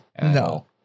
no